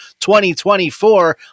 2024